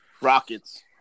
Rockets